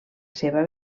seva